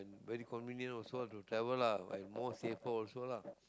very convenient also to travel lah like more safer also lah